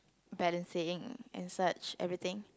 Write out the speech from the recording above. balancing and such everything